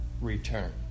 return